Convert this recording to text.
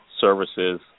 services